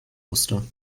musste